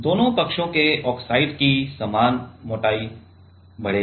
दोनों पक्षों के ऑक्साइड की समान मोटाई बढ़ेगी